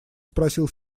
спросил